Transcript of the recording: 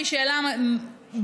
והיא שאלה בסיסית,